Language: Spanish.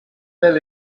del